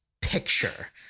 picture